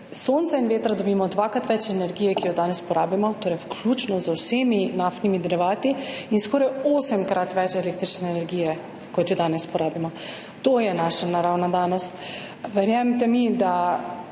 sonca in vetra dobimo dvakrat več energije, kot je danes porabimo, vključno z vsemi naftnimi derivati, in skoraj osemkrat več električne energije, kot je porabimo danes. To je naša naravna danost. Verjemite mi, da